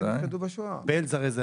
בעלז,